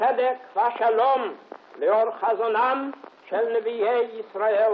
הצדק והשלום לאור חזונם של נביאי ישראל,